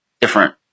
different